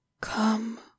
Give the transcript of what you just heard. Come